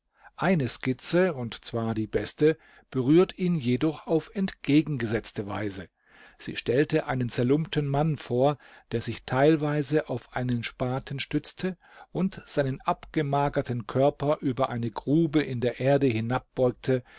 eine skizze und zwar die beste berührt ihn jedoch auf entgegengesetzte weise sie stellte einen zerlumpten mann vor der sich teilweise auf einen spaten stützte und seinen abgemagerten körper über eine grube in der erde